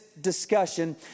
discussion